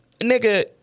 nigga